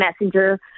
Messenger